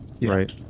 right